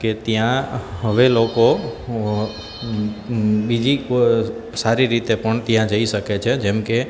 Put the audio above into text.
કે ત્યાં હવે લોકો બીજી સારી રીતે પણ ત્યાં જઈ શકે છે જેમકે